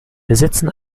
besitzen